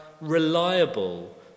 reliable